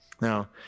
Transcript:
Now